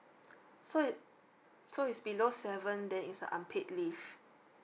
so it so it's below seven then it's unpaid leave